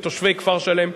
לתושבי כפר-שלם.